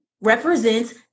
represents